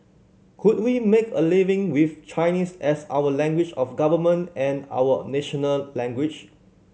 could we make a living with Chinese as our language of government and our national language